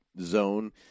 zone